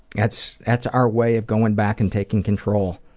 that's that's our way of going back and taking control,